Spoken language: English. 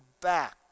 back